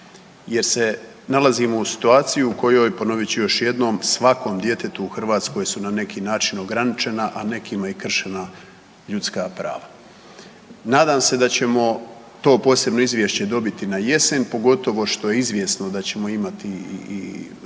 jer se nalazimo u situaciji u kojoj, ponovit ću još jednom, svakom djetetu u Hrvatskoj su na neki način ograničena, a nekima i kršena ljudska prava. Nadam se da ćemo to posebno izvješće dobiti na jesen, pogotovo što je izvjesno da ćemo imati i